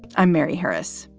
i'm mary harris.